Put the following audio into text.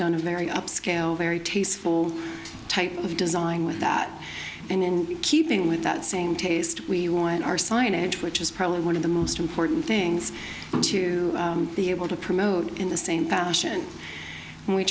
done a very upscale very tasteful type of design with that and in keeping with that same taste we want our signage which is probably one of the most important things to be able to promote in the same fashion and we